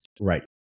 Right